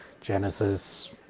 Genesis